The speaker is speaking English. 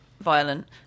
violent